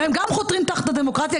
והם גם חותרים תחת הדמוקרטיה,